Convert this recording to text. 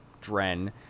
Dren